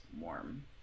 warm